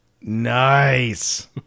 Nice